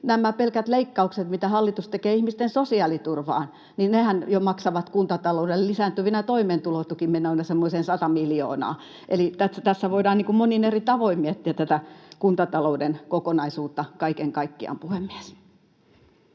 nämä pelkät leikkauksethan, mitä hallitus tekee ihmisten sosiaaliturvaan, jo maksavat kuntatalouden lisääntyvinä toimeentulotukimenoina semmoisen 100 miljoonaa. Eli tässä voidaan monin eri tavoin miettiä tätä kuntatalouden kokonaisuutta kaiken kaikkiaan, puhemies.